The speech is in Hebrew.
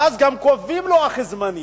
ואז גם קובעים לוח זמנים,